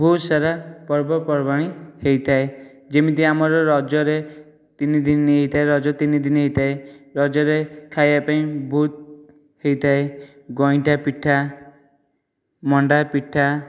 ବହୁତସାରା ପର୍ବପର୍ବାଣି ହେଇଥାଏ ଯେମିତି ଆମର ରଜରେ ତିନିଦିନି ହେଇଥାଏ ରଜ ତିନିଦିନି ହେଇଥାଏ ରଜରେ ଖାଇବାପାଇଁ ବହୁତ ହେଇଥାଏ ଗଇଁଠାପିଠା ମଣ୍ଡାପିଠା